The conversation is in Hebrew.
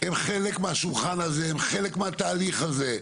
הם חלק מהשולחן הזה, הם חלק מהתהליך הזה.